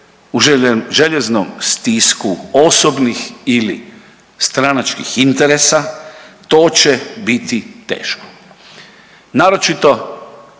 u željeznom stisku osobnih ili stranačkih interesa to će biti teško,